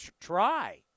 try